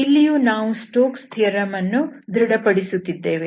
ಇಲ್ಲಿಯೂ ನಾವು Stokes theorem Stoke's Theorem ಅನ್ನು ಧೃಡ ಪಡಿಸುತ್ತಿದ್ದೇವೆ